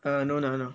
uh no no no